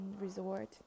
resort